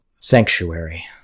sanctuary